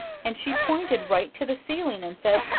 and she pointed right to the ceiling and said,